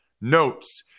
Notes